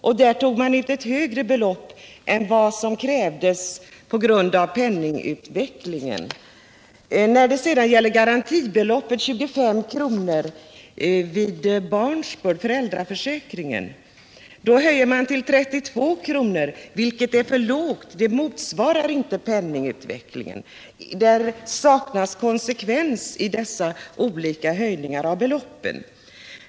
och tog därmed ut ett högre belopp än vad som krävdes med hänsyn till penningvärdesutvecklingen. Föräldraförsäkringens garantibelopp 25 kr. per dag vid barnsbörd höjde man däremot till 32 kr., vilket är för lågt för att motsvara penningvärdesutvecklingen. Det saknas konsekvens i dessa höjningar.